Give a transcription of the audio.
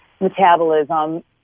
metabolism